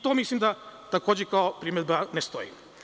To mislim da takođe kao primedba ne stoji.